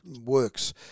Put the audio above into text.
works